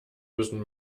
müssen